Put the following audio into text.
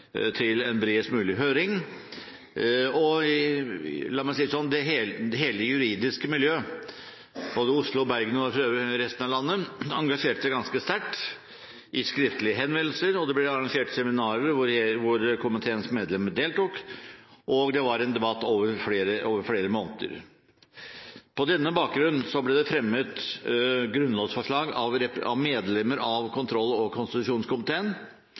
til en bredest mulig høring. Og la meg si det sånn, hele det juridiske miljøet, i både Oslo og Bergen og resten av landet, engasjerte seg ganske sterkt ved skriftlige henvendelser, og det ble arrangert seminarer hvor komiteens medlemmer deltok. Det var en debatt over flere måneder. På denne bakgrunn ble det fremmet grunnlovsforslag av medlemmer av kontroll- og konstitusjonskomiteen,